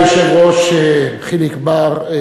אתה מוזמן, מבחינתנו מאוד.